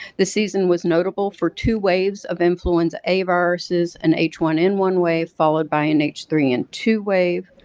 the season was notable for two waves of influenza a viruses, and h one n one wave followed by an h three n and two wave.